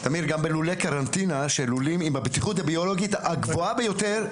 גם בלולי קרנטינה בהם יש את הבטיחות הביולוגית הגבוהה ביותר,